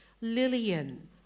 Lillian